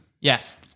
Yes